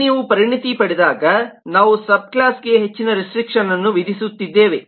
ಇಲ್ಲಿ ನೀವು ಪರಿಣತಿ ಪಡೆದಾಗ ನಾವು ಸಬ್ ಕ್ಲಾಸ್ಗೆ ಹೆಚ್ಚಿನ ರೆಸ್ಟ್ರಿಕ್ಷನ್ಅನ್ನು ವಿಧಿಸುತ್ತಿದ್ದೇವೆ